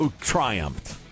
triumphed